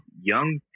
Young